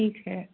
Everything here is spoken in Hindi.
ठीक है